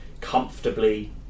comfortably